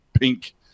pink